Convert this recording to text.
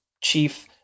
chief